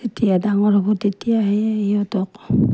যেতিয়া ডাঙৰ হ'ব তেতিয়াহে সিহঁতক